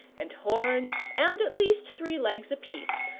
and horns, and at least three legs apiece,